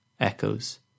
Echoes